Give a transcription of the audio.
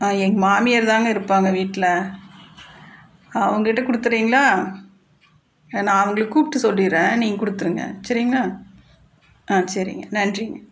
எங்க மாமியார்தாங்க இருப்பாங்க வீட்டில் அவுங்ககிட்ட கொடுத்தீர்ங்களா நான் அவங்கள கூப்பிட்டு சொல்லிடுறேன் நீங்கள் கொடுத்துடுங்க சரிங்களா சரிங்க நன்றிங்க